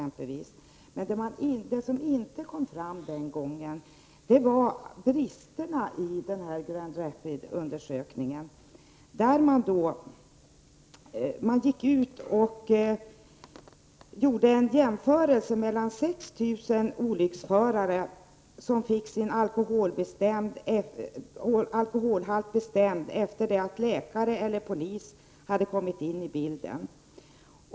Men det som inte kom fram den gången var bristerna i Grand Rapids-studien. 6 000 olycksförare jämfördes. Alkoholhalten fastställdes efter det att läkare eller polis hade kommit med i bilden.